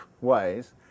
ways